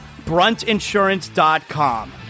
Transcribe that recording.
bruntinsurance.com